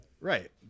Right